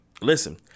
listen